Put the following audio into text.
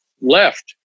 left